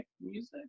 music